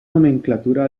nomenclatura